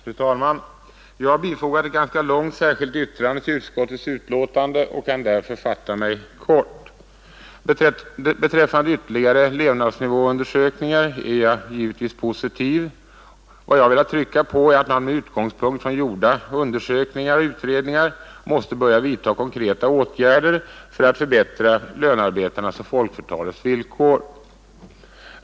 Fru talman! Jag har bifogat ett ganska långt särskilt yttrande till utskottets utlåtande och kan därför fatta mig kort. Beträffande ytterligare levnadsnivåundersökningar är jag givetvis positiv. Vad jag har velat trycka på är att man med utgångspunkt från gjorda undersökningar och utredningar måste börja vidta konkreta åtgärder för att förbättra lönearbetarnas och folkflertalets villkor.